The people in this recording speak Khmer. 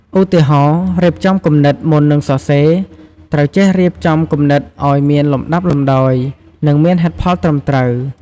ឧទាហរណ៍ រៀបចំគំនិត មុននឹងសរសេរ ត្រូវចេះរៀបចំគំនិតឱ្យមានលំដាប់លំដោយ និងមានហេតុផលត្រឹមត្រូវ។